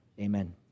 Amen